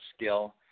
skill